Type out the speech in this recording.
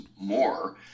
more